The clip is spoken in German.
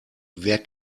wer